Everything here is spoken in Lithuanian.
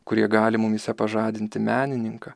kurie gali mumyse pažadinti menininką